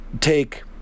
take